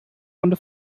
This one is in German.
runde